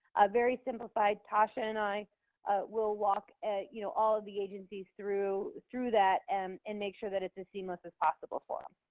very simplified. tasha and i will walk, you know, all of the agencies through through that and and make sure that it's as seamless as possible for um